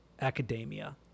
academia